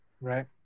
Right